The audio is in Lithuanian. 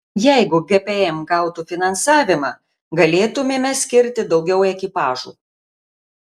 jeigu gmp gautų finansavimą galėtumėme skirti daugiau ekipažų